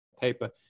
paper